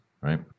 right